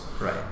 Right